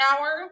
hour